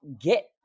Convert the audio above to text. get